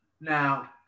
Now